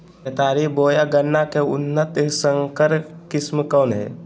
केतारी बोया गन्ना के उन्नत संकर किस्म कौन है?